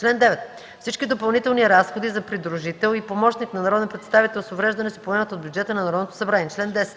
Чл. 9. Всички допълнителни разходи за придружител и помощник на народен представител с увреждане се поемат от бюджета на Народното събрание. Чл. 10.